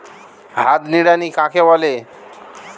হাত নিড়ানি কাকে বলে?